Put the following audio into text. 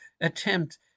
attempt